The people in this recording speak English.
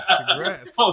Congrats